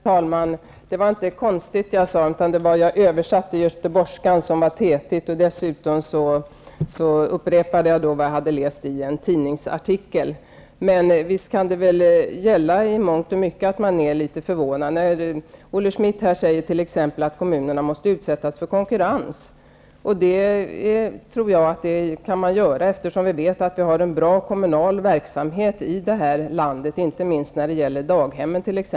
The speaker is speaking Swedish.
Herr talman! Jag sade inte ''konstigt'', utan jag översatte göteborgskans ''tetigt''. Dessutom upprepade jag vad jag hade läst i en tidningsartikel. Men visst kan det gälla att man i mångt och mycket är litet förvånad. Olle Schmidt säger t.ex. att kommunerna måste utsättas för konkurrens. Det tror jag är möjligt, eftersom vi har en bra kommunal verksamhet i landet, inte minst när det gäller daghemmen.